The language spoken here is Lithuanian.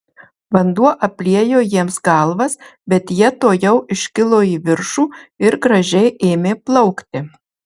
vanduo apliejo jiems galvas bet jie tuojau iškilo į viršų ir gražiai ėmė plaukti